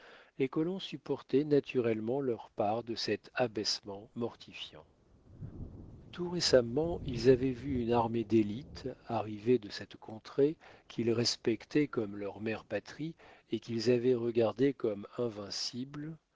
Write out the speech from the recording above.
les colons supportaient naturellement leur part de cet abaissement mortifiant tout récemment ils avaient vu une armée d'élite arrivée de cette contrée qu'ils respectaient comme leur mère patrie et qu'ils avaient regardée comme invincible